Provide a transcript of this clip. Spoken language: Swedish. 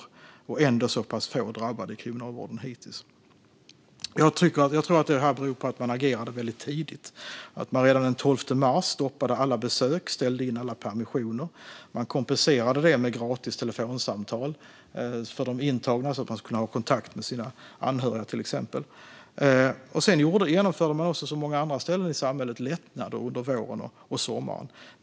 Ändå har vi hittills så pass få drabbade i kriminalvården. Jag tror att detta beror på att man agerade väldigt tidigt och att man redan den 12 mars stoppade alla besök och ställde in alla permissioner. Man kompenserade det med gratis telefonsamtal för de intagna, så att de till exempel skulle kunna ha kontakt med sina anhöriga. Sedan genomförde man, som på många andra ställen i samhället, lättnader under våren och sommaren.